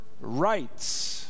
rights